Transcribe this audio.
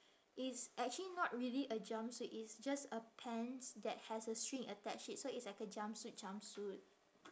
it's actually not really a jumpsuit it's just a pants that has a string attached to it so it's like a jumpsuit jumpsuit